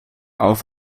auf